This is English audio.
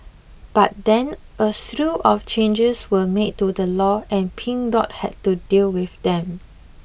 but then a slew of changes were made to the law and Pink Dot had to deal with them